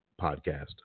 podcast